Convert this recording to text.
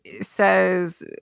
Says